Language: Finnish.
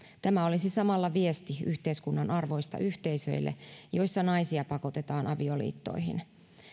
tämä olisi samalla viesti yhteiskunnan arvoista yhteisöille joissa naisia pakotetaan avioliittoihin